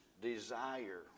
desire